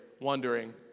wondering